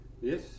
Yes